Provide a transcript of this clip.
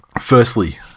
firstly